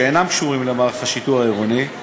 שאינם קשורים למערך השיטור העירוני.